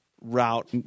route